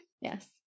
Yes